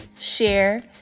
share